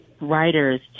writers